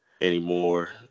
anymore